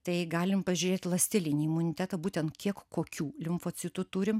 tai galima pažiūrėti ląstelinį imunitetą būtent kiek kokių limfocitų turim